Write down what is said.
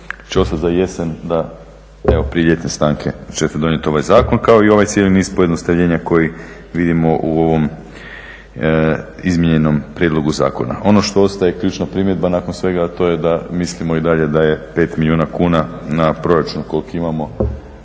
će ostati za jesen da evo prije ljetne stanke ćete donijeti ovaj zakon kao i ovaj cijeli niz pojednostavljenja koji vidimo u ovom izmijenjenom prijedlogu zakona. Ono što ostaje ključna primjedba nakon svega, a to je da mislimo i dalje da je 5 milijuna kuna na proračun koliki imamo